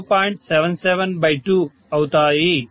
772 అవుతాయి